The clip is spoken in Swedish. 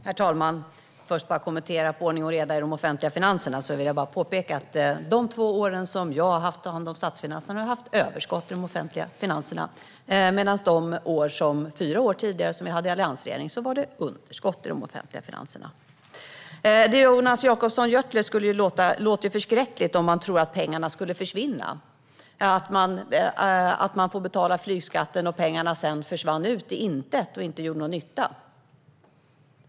Herr talman! Låt mig först kommentera ordning och reda i de offentliga finanserna. Jag vill bara påpeka att under de två år som jag har haft hand om statsfinanserna har det varit överskott i de offentliga finanserna. De fyra tidigare åren med alliansregeringen var det underskott i de offentliga finanserna. Det låter förskräckligt om Jonas Jacobsson Gjörtler tror att pengarna skulle försvinna, att man betalar flygskatt och pengarna försvinner sedan ut i intet och inte gör någon nytta.